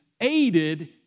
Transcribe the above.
aided